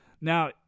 Now